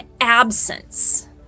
absence